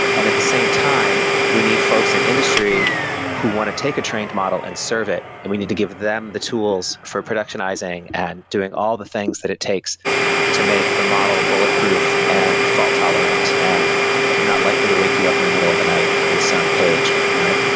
at the same time, we need folks in industry who want to take a trained model and serve it and we need to give them the tools for productionizing and doing all the things that it takes to make the model bulletproof and fault tolerant and not likely to wake you up in the middle of the night with some page, right?